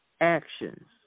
actions